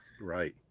right